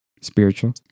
Spiritual